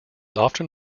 often